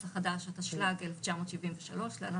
התשל"ג-1973 (להלן,